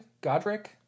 Godric